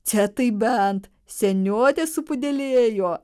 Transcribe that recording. čia tai bent seniotė supudelėjo